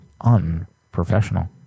unprofessional